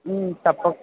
తప్పకు